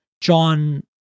john